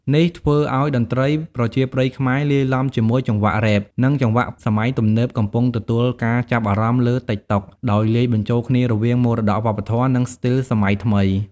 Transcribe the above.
នេះធ្វើឲ្យតន្ត្រីប្រជាប្រិយខ្មែរលាយឡំជាមួយចង្វាក់រ៉េប និងចង្វាក់សម័យទំនើប កំពុងទទួលការចាប់អារម្មណ៍លើ តិកតុក ដោយលាយបញ្ចូលគ្នារវាងមរតកវប្បធម៌ និងស្ទីលសម័យថ្មី។